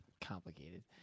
complicated